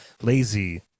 lazy